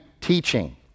teaching